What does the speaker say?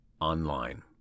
online